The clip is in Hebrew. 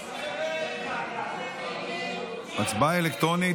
הצבעה אלקטרונית.